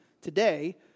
today